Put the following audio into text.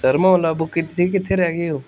sir ਮੈਂ Ola book ਕੀਤੀ ਸੀ ਕਿੱਥੇ ਰਹਿ ਗਏ ਹੋ